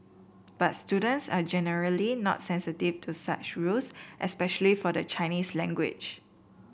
but students are generally not sensitive to such rules especially for the Chinese language